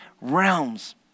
realms